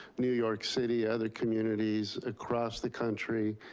new york city, other communities across the country.